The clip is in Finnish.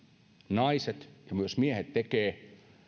naiset ja myös miehet tekevät